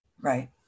Right